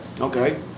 Okay